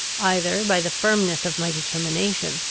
either by the firmness of my determination,